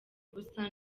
ubusa